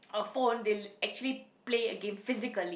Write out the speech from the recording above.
a phone they'll actually play a game physically